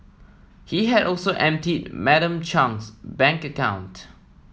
he had also emptied Madam Chung's bank account